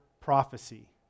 prophecy